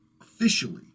officially